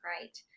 Right